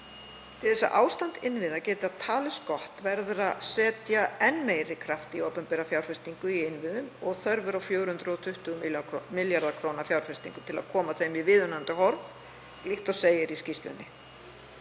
Til þess að ástand innviða geti talist gott verður að setja enn meiri kraft í opinbera fjárfestingu í innviðum og þörf er á 420 milljarða kr. fjárfestingu til að koma þeim í viðunandi horf, líkt og segir í skýrslunni.